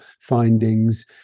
findings